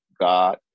God